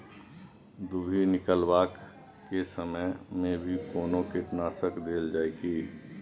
दुभी निकलबाक के समय मे भी कोनो कीटनाशक देल जाय की?